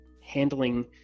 handling